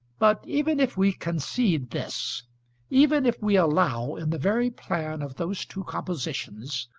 but even if we concede this even if we allow, in the very plan of those two compositions,